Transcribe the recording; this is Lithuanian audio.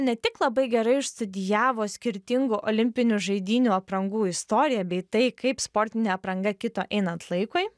ne tik labai gerai išstudijavo skirtingų olimpinių žaidynių aprangų istoriją bei tai kaip sportinė apranga kito einant laikui